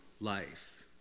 life